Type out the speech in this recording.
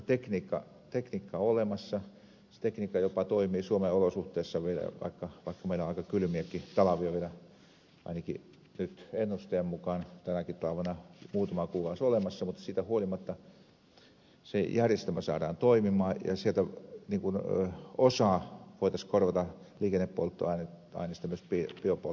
tekniikka on olemassa se tekniikka toimii jopa suomen olosuhteissa vaikka meillä on aika kylmiäkin talvia vielä ainakin nyt ennusteen mukaan tänäkin talvena muutama kuukausi olemassa mutta siitä huolimatta se järjestelmä saadaan toimimaan ja sieltä osa liikennepolttoaineesta voitaisiin korvata myös biokaasulla